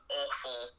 awful